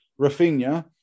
Rafinha